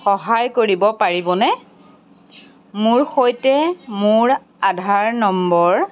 সহায় কৰিব পাৰিবনে মোৰ সৈতে মোৰ আধাৰ নম্বৰ